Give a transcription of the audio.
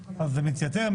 במליאה אז זה מתייתר,